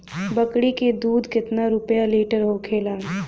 बकड़ी के दूध केतना रुपया लीटर होखेला?